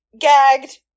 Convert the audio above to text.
gagged